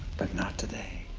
but not today.